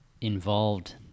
involved